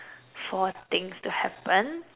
for things to happen